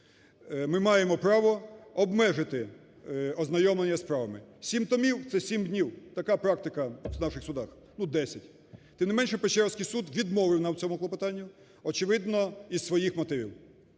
ми маємо право обмежити ознайомлення зі справами. 7 томів – це 7 днів, така практика в наших судах, ну, 10. Тим не менше Печерський суд відмовив нам в цьому клопотанні, очевидно, із своїх мотивів.